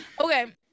Okay